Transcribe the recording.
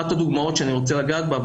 אחת הדוגמאות שאני רוצה לגעת בה,